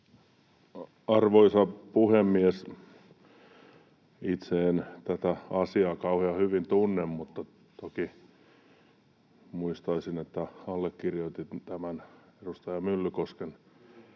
Arvoisa puhemies! Itse en tätä asiaa kauhean hyvin tunne, mutta muistaisin, että allekirjoitin tämän edustaja Myllykosken